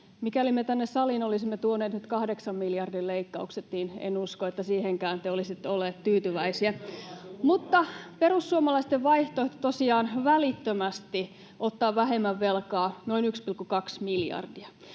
Mikäli me tänne saliin olisimme tuoneet nyt kahdeksan miljardin leikkaukset, niin en usko, että siihenkään te olisitte olleet tyytyväisiä. Perussuomalaisten vaihtoehto tosiaan välittömästi ottaa vähemmän velkaa noin 1,2 miljardia.